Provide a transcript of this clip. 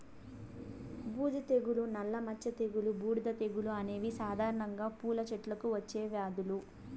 బూజు తెగులు, నల్ల మచ్చ తెగులు, బూడిద తెగులు అనేవి సాధారణంగా పూల చెట్లకు వచ్చే వ్యాధులు